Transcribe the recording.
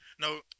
No